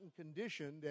conditioned